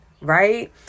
right